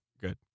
Good